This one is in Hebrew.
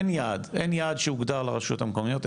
אין יעד שהוגדר לרשויות המקומיות,